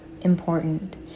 important